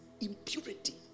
impurity